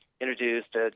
introduced